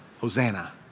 Hosanna